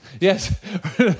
Yes